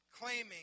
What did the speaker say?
claiming